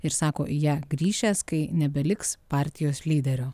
ir sako į ją grįšiąs kai nebeliks partijos lyderio